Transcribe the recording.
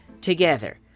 Together